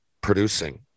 producing